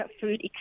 food